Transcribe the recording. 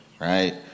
right